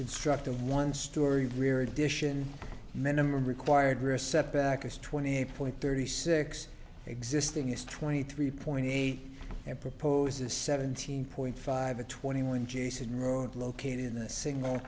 construct a one story rear addition minimum required or a setback is twenty eight point thirty six existing is twenty three point eight m proposes seventeen point five a twenty one jason road located in a single